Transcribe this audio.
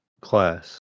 class